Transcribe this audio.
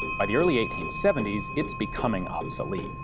by the early eighteen seventy s it's becoming obsolete.